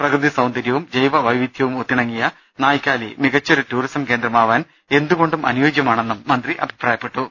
പ്രകൃതി സൌന്ദര്യവും ജൈവ വൈവിധ്യവും ഒത്തിണങ്ങിയ നായിക്കാലി മികച്ചൊരു ടൂറിസം കേന്ദ്രമാവാൻ എന്തു കൊണ്ടും അനുയോജ്യമാണെന്നും മന്ത്രി അഭിപ്രായപ്പെട്ടു